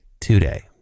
Today